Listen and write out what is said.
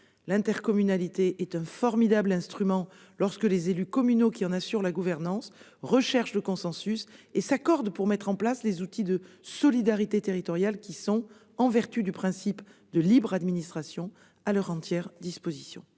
L'intercommunalité est un formidable instrument lorsque les élus communaux qui en assurent la gouvernance recherchent le consensus et s'accordent pour mettre en place les outils de solidarité territoriale qui, en vertu du principe de libre administration, sont à leur entière disposition.